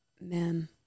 Man